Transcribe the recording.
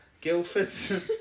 Guildford